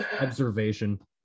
observation